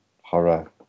horror